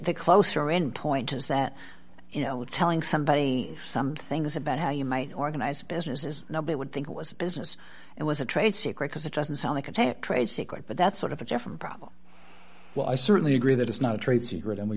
the closer end point is that you know telling somebody some things about how you might organize a business is nobody would think it was a business it was a trade secret because it doesn't sound like a trade secret but that's sort of a different problem well i certainly agree that it's not a trade secret and we